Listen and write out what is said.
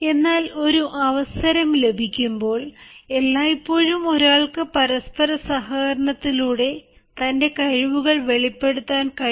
എന്നാൽ ഒരു അവസരം ലഭിക്കുമ്പോൾ എല്ലായ്പ്പോഴും ഒരാൾക്ക് പരസ്പര സഹകരണത്തിലൂടെ തന്റെ കഴിവുകൾ വെളിപ്പെടുത്താൻ കഴിയണം